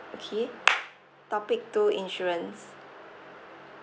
okay topic two insurance